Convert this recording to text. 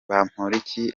bamporiki